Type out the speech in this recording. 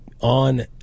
on